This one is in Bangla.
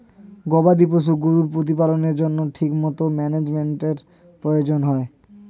গবাদি পশু গরুর প্রতিপালনের জন্য ঠিকমতো ম্যানেজমেন্টের প্রয়োজন হয়